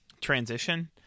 transition